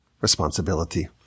responsibility